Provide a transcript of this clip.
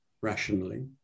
rationally